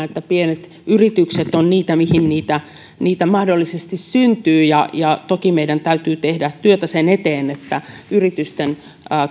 että pienet yritykset ovat niitä mihin niitä mahdollisesti syntyy ja ja toki meidän täytyy tehdä työtä sen eteen että yritysten